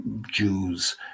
Jews